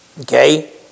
Okay